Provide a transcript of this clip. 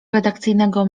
redakcyjnego